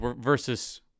versus